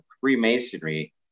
Freemasonry